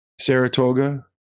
Saratoga